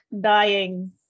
dying